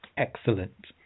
Excellent